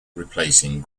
replacing